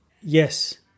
Yes